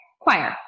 choir